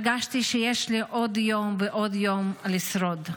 הרגשתי שיש לי עוד יום ועוד יום לשרוד.